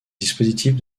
dispositifs